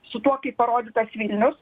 su tuo kaip parodytas vilnius